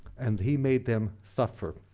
and he made them suffer.